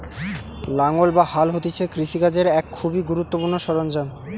লাঙ্গল বা হাল হতিছে কৃষি কাজের এক খুবই গুরুত্বপূর্ণ সরঞ্জাম